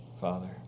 Father